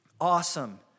Awesome